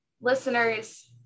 listeners